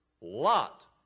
Lot